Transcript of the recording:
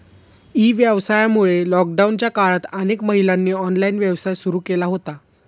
E व्यवसायामुळे लॉकडाऊनच्या काळात अनेक महिलांनी ऑनलाइन व्यवसाय सुरू केला होता